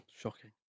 Shocking